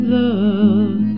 love